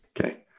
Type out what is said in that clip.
Okay